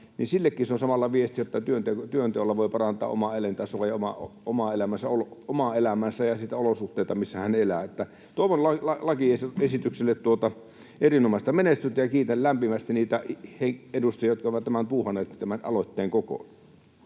se on samalla viesti, että työnteolla voi parantaa omaa elintasoaan ja omaa elämäänsä ja niitä olosuhteita, missä elää. Toivon lakiesitykselle erinomaista menestystä, ja kiitän lämpimästi niitä edustajia, jotka ovat puuhanneet tämän aloitteen kokoon.